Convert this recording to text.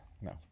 No